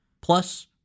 plus